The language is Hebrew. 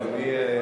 אדוני,